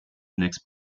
next